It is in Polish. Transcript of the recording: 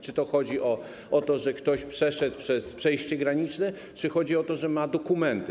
Czy chodzi o to, że ktoś przeszedł przez przejście graniczne, czy chodzi o to, że ma dokumenty?